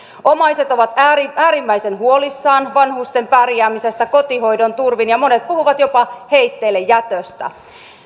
omaiset ovat äärimmäisen huolissaan vanhusten pärjäämisestä kotihoidon turvin ja monet puhuvat jopa heitteillejätöstä